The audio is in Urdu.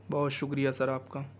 بہت شکریہ سر آپ کا